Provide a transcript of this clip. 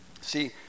See